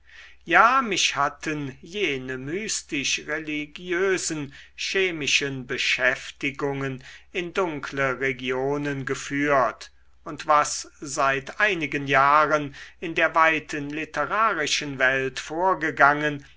ja mich hatten jene mystisch religiösen chemischen beschäftigungen in dunkle regionen geführt und was seit einigen jahren in der weiten literarischen welt vorgegangen